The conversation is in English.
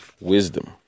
wisdom